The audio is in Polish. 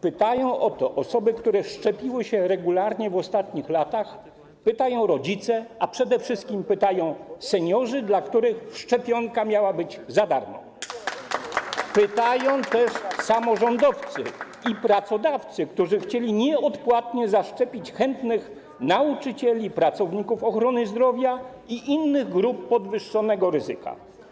Pytają o to osoby, które szczepiły się regularnie w ostatnich latach, pytają rodzice, a przede wszystkim pytają seniorzy, dla których szczepionka miała być za darmo, pytają też samorządowcy i pracodawcy, którzy chcieli nieodpłatnie zaszczepić chętnych nauczycieli, pracowników ochrony zdrowia i innych grup podwyższonego ryzyka.